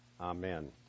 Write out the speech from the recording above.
Amen